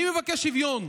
אני מבקש שוויון.